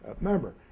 member